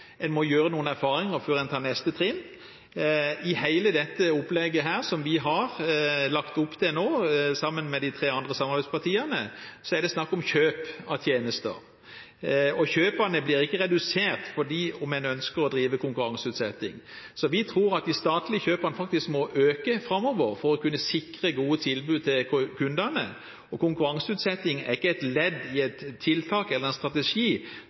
Man må gjøre noen erfaringer før man tar neste trinn. I hele dette opplegget som vi har lagt opp til nå, sammen med de tre andre samarbeidspartiene, er det snakk om kjøp av tjenester. Kjøpene blir ikke redusert selv om man ønsker å drive konkurranseutsetting. Så vi tror at de statlige kjøpene faktisk må øke framover for å kunne sikre gode tilbud til kundene. Og konkurranseutsetting er ikke et ledd i et tiltak eller en strategi